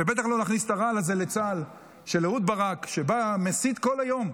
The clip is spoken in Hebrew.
ובטח לא להכניס לצה"ל את הרעל הזה של אהוד ברק שבא ומסית כל היום,